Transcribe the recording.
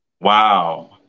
Wow